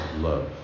love